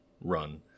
run